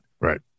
Right